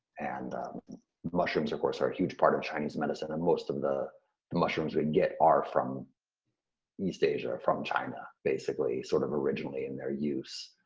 and mushrooms, of course, are a huge part of chinese medicine, and most of the the mushrooms we and get are from east asia, from china, basically. sort of originally in their use.